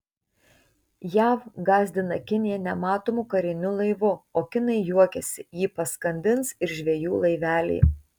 jav gąsdina kiniją nematomu kariniu laivu o kinai juokiasi jį paskandins ir žvejų laiveliai